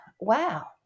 wow